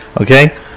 okay